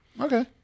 Okay